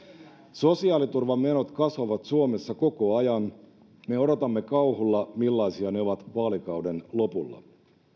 sosiaaliturvamenot kasvavat suomessa koko ajan me odotamme kauhulla millaisia ne ovat vaalikauden lopulla